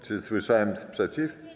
Czy słyszałem sprzeciw?